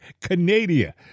Canada